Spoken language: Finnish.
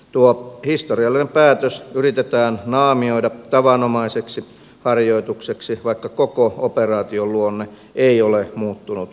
tuo historiallinen päätös yritetään naamioida tavanomaiseksi harjoitukseksi vaikka koko operaation luonne ei ole muuttunut miksikään